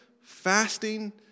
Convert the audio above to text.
fasting